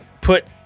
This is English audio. put